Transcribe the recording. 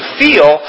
feel